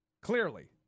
Clearly